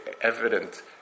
evident